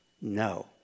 no